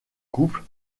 couple